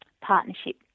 partnership